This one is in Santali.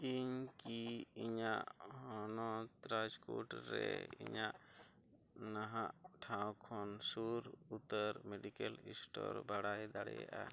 ᱤᱧ ᱠᱤ ᱤᱧᱟᱹᱜ ᱦᱚᱱᱚᱛ ᱨᱟᱡᱽᱠᱳᱴ ᱨᱮ ᱤᱧᱟᱹᱜ ᱱᱟᱦᱟᱸᱜ ᱴᱷᱟᱶ ᱠᱷᱚᱱ ᱥᱩᱨ ᱩᱛᱟᱹᱨ ᱢᱮᱰᱤᱠᱮᱞ ᱥᱴᱳᱨ ᱵᱟᱲᱟᱭ ᱫᱟᱲᱮᱭᱟᱜᱼᱟ